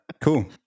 Cool